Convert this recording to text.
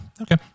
okay